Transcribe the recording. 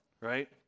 right